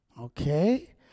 Okay